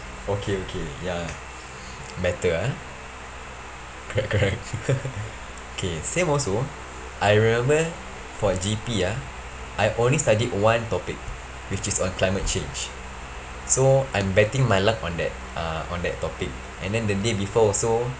okay okay ya matter ah correct correct okay same also I remember for G_P ah I only study one topic which is on climate change so I'm betting my luck on that uh on that topic and then the day before also